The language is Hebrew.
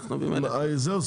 זהו?